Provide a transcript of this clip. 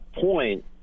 point